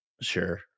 sure